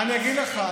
אגיד לך.